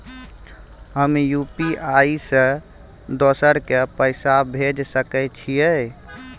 हम यु.पी.आई से दोसर के पैसा भेज सके छीयै?